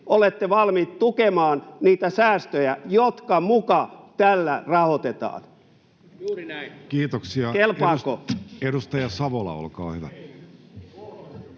olette valmiit tukemaan niitä säästöjä, jotka muka tällä rahoitetaan. [Eduskunnasta: Juuri